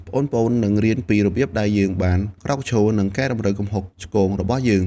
ប្អូនៗនឹងរៀនពីរបៀបដែលយើងបានក្រោកឈរ និងកែតម្រូវកំហុសឆ្គងរបស់យើង។